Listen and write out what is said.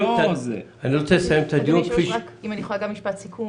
אני אנעל את הדיון בלי סיכום.